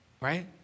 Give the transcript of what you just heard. Right